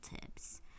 tips